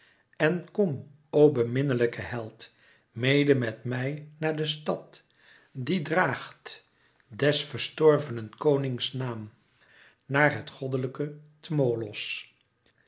en kom o beminlijke held mede met mij naar de stad die draagt des verstorvenen konings naam naar het goddelijke